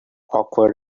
awkward